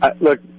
Look